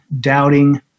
doubting